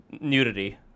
nudity